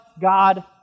God